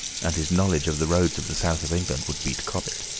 and his knowledge of the roads of the south of england would beat cobbett.